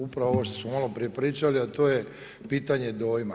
Upravo ovo što smo maloprije pričali, a to je pitanje dojma.